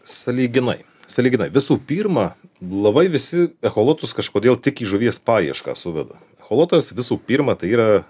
sąlyginai sąlyginai visų pirma labai visi echolotus kažkodėl tik į žuvies paieškas suveda echolotas visų pirma tai yra